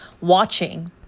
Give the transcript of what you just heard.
watching